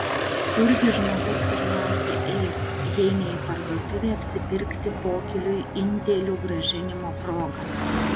kurgi žmogus pirmiausia eis jei ne į parduotuvę apsipirkti pokyliui indėlių grąžinimo proga